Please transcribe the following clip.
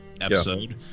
episode